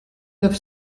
neuf